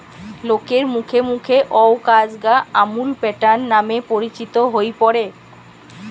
লোকের মুখে মুখে অউ কাজ গা আমূল প্যাটার্ন নামে পরিচিত হই পড়ে